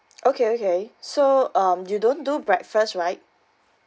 okay okay so um you don't do breakfast right